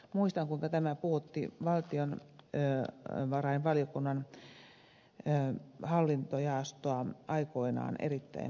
muistan kuinka tämä puhutti valtiovarainvaliokunnan hallintojaostoa aikoinaan erittäin paljon